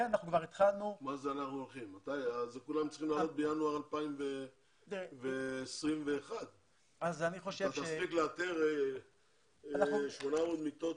כולם צריכים לעלות בינואר 2021. אתה תספיק לאתר 800 מיטות?